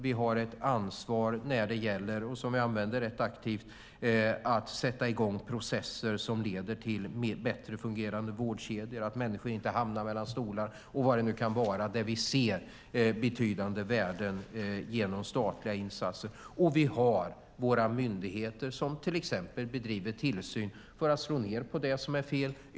Vi har ett ansvar, som vi använder rätt aktivt, när det gäller att sätta i gång processer som leder till bättre fungerande vårdkedjor så att människor inte hamnar mellan stolar, eller vad det nu kan vara där vi ser betydande värden genom statliga insatser. Och vi har våra myndigheter som till exempel bedriver tillsyn för att slå ned på det som är fel.